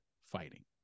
fighting